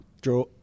Draw